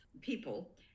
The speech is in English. people